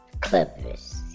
Clippers